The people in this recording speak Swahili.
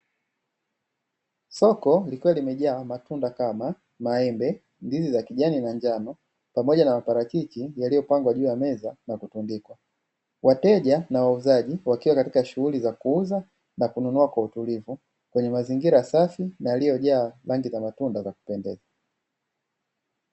Soko likiwa limejaa matunda kama: maembe, ndizi za kijani na njano, pamoja na maparachichi yaliyopangwa juu ya meza na kutundikwa. Wateja na wauzaji wakiwa katika shughuli za kuuza na kununua kwa utulivu, kwenye mazingira safi na yaliyojaa rangi za matunda za kupendeza.